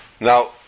Now